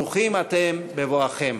ברוכים אתם בבואכם.